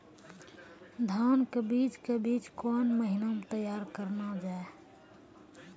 धान के बीज के बीच कौन महीना मैं तैयार करना जाए?